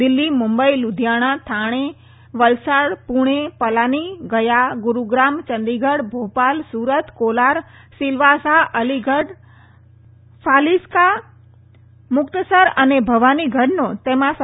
દિલ્હી મુંબઇ લુધિયાણા ઠાણે વલસાડ પુણે પલાની ગયા ગુરુગ્રામ ચંદીગઢ ભોપાલ સુરત કોલાર સિલવાસા અલીગઢ ફાઝિસ્કા મુકતસર અને ભવાની ગઢનો તેમાં સમાવેશ થાય છે